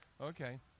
Okay